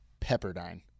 Pepperdine